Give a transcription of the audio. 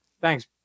thanks